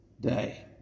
day